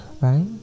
right